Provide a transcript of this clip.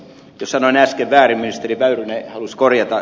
sanoin äsken väärin ministeri väyrynen halusi korjata